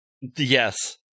yes